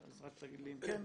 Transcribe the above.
רק תגיד לי אם כן.